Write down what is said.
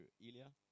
Ilya